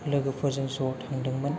लोगोफोरजों ज' थांदोंमोन